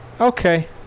Okay